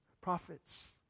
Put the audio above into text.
prophets